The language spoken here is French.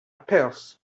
perth